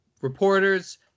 reporters